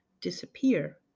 disappear